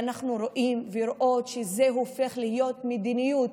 ואנחנו רואים ורואות שזה הופך להיות מדיניות,